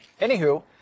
Anywho